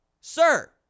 Sir